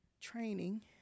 training